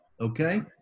okay